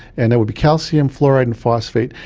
and that would be calcium, fluoride and phosphate,